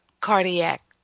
cardiac